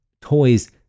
toys